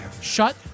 Shut